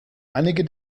einige